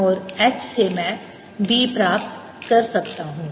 और H से मैं B प्राप्त कर सकता हूं